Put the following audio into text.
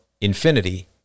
infinity